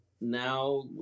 now